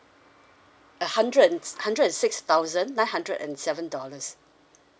a hundred hundred and six thousand nine hundred and seven dollars